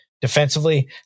Defensively